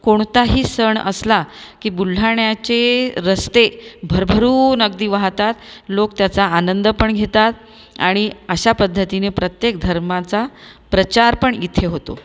कोणताही सण असला की बुलढाण्याचे रस्ते भरभरून अगदी वाहतात लोक त्याचा आनंद पण घेतात आणि अशा पद्धतीने प्रत्येक धर्माचा प्रचार पण इथे होतो